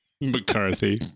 McCarthy